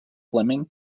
fleming